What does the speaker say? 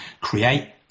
create